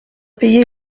payer